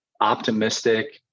optimistic